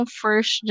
first